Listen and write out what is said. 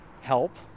help